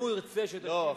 אם הוא ירצה שתשיב לו, לא.